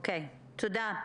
תודה.